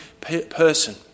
person